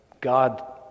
God